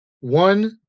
One